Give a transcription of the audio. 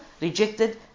rejected